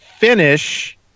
finish